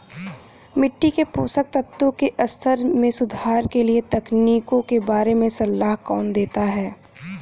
मिट्टी के पोषक तत्वों के स्तर में सुधार के लिए तकनीकों के बारे में सलाह कौन देता है?